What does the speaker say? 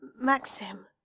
Maxim